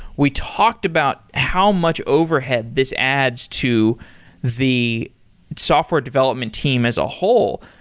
we talked about how much overhead this adds to the software development team as a whole,